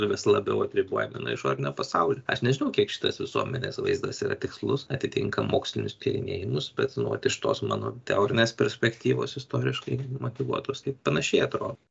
vis labiau atribojami nuo išorinio pasaulio aš nežinau kiek šitas visuomenės vaizdas yra tikslus atitinka mokslinius tyrinėjimus bet nu vat iš tos mano teorinės perspektyvos istoriškai motyvuotos tai panašiai atrodo